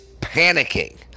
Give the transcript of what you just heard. panicking